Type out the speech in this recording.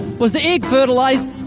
was the egg fertilized?